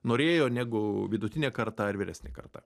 norėjo negu vidutinė karta ar vyresnė karta